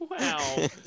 Wow